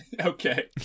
Okay